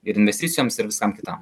ir investicijoms ir visam kitam